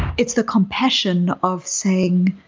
it's the compassion of saying,